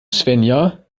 svenja